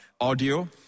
audio